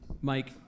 Mike